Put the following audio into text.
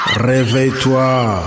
réveille-toi